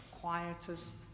quietest